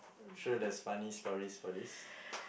I'm sure there's funny stories for this